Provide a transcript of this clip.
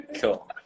Cool